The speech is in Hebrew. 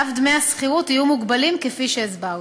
ואף דמי השכירות יהיו מוגבלים, כפי שהסברתי.